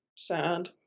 Sad